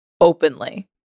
openly